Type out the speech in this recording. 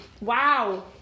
Wow